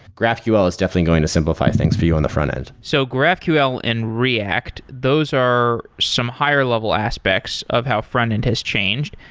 graphql is definitely going to simplify things for you on the frontend. so graphql and react, those are some higher-level aspects of how frontend has changed,